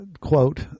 Quote